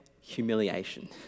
humiliation